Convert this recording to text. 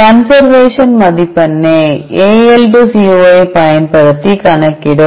conservation மதிப்பெண்ணைக் AL2CO ஐப் பயன்படுத்தி கணக்கிடும்